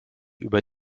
über